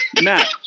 Matt